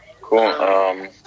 Cool